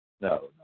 No